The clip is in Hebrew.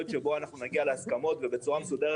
שבו אנחנו נגיע להסכמות בצורה מסודרת,